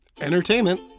entertainment